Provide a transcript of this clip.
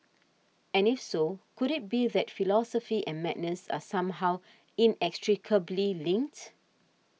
and if so could it be that philosophy and madness are somehow inextricably linked